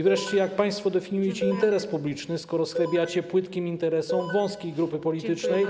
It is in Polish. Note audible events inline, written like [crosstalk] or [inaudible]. Wreszcie [noise] jak państwo definiujecie interes publiczny, skoro schlebiacie płytkim interesom wąskiej grupy politycznej.